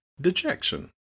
dejection